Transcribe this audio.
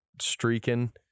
streaking